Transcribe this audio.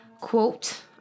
quote